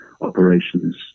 operations